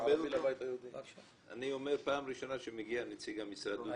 פעם ראשונה שמגיע נציג המשרד ומקבל ממני מחמאה.